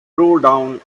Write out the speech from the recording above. lowdown